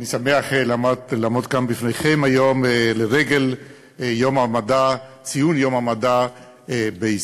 אני שמח לעמוד כאן בפניכם היום לרגל ציון יום המדע בישראל.